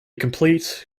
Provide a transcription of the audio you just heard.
complete